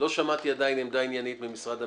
לא שמעתי עדיין עמדה עניינית ממשרד המשפטים,